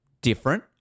different